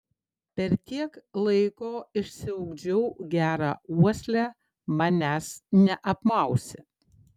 per tiek laiko išsiugdžiau gerą uoslę manęs neapmausi